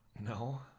No